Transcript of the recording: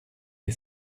est